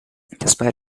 despite